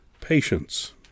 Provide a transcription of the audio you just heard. patience